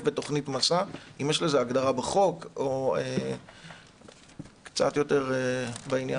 בתוכנית מסע אם יש לזה הגדרה בחוק קצת יותר בעניין הזה.